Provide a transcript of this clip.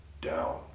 down